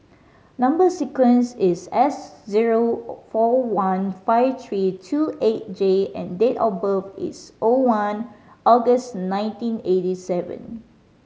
number sequence is S zero four one five three two eight J and date of birth is O one August nineteen eighty seven